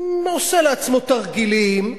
עושה לעצמו תרגילים,